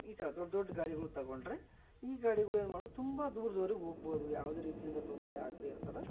ಈ ಥರ ದೊಡ್ಡ ದೊಡ್ಡ ಗಾಡಿಗಳ್ ತಗೊಂಡರೆ ಈ ಗಾಡಿಗಳ್ ಏನು ಮಾಡು ತುಂಬ ದೂರದ್ವರಿಗ್ ಹೋಗ್ಬೋದು ಯಾವುದೇ ರೀತಿಯಿಂದ ತೊಂದರೆ ಆಗದೆ ಇರೋ ಥರ